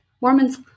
Mormons